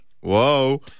Whoa